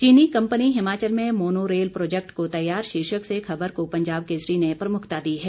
चीनी कंपनी हिमाचल में monorail project को तैयार शीर्षक से खबर को पंजाब केसरी ने प्रमुखता दी है